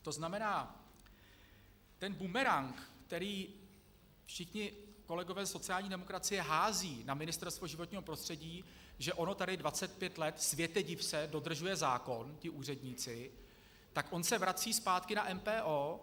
To znamená, ten bumerang, který všichni kolegové ze sociální demokracie házejí na Ministerstvo životního prostředí, že ono tady 25 let, světe, div se, dodržuje zákon, ti úředníci, tak on se vrací zpátky na MPO.